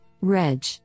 Reg